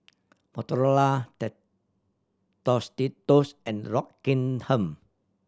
Motorola Tostitos and Rockingham